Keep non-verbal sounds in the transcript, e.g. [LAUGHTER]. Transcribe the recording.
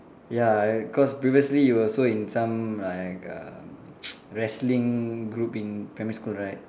ya cause previously you also in some like uh [NOISE] wrestling group in primary school right